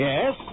Yes